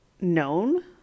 known